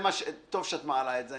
טוב שאת מעלה את זה.